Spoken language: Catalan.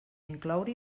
incloure